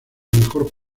mejor